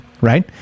right